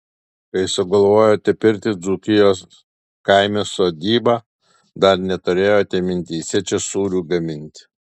kai sugalvojote pirkti dzūkijos kaime sodybą dar neturėjote mintyse čia sūrių gaminti